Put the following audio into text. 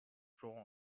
drawn